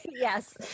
Yes